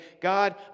God